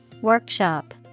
Workshop